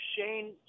Shane